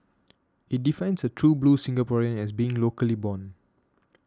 it defines a true blue Singaporean as being locally born